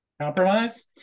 Compromise